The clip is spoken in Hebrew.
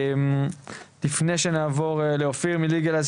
לפני שנעבור לאופיר מליגלייז,